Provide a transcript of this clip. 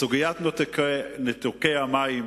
סוגיית ניתוקי המים